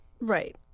Right